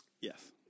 Yes